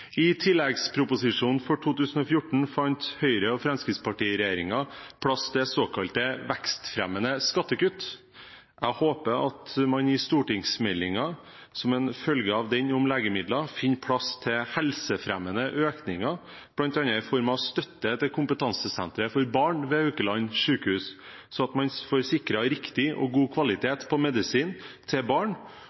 I tilleggsproposisjonen for 2014 fant Høyre–Fremskrittsparti-regjeringen plass til såkalte vekstfremmende skattekutt. Jeg håper at man som en følge av stortingsmeldingen om legemidler finner plass til helsefremmende økninger, bl.a. i form av støtte til kompetansesenteret for barn ved Haukeland universitetssjukehus, sånn at man får sikret riktig og god kvalitet på medisin til barn,